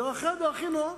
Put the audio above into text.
דרכיה דרכי נועם,